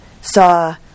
saw